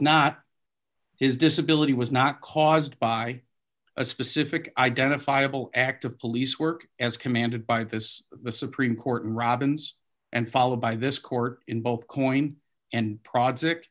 not his disability was not caused by a specific identifiable act of police work as commanded by this the supreme court robbins and followed by this court in both coin and project